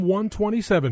127